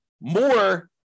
more